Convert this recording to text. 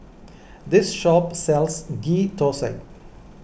this shop sells Ghee Thosai